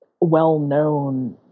well-known